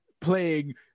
playing